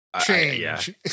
change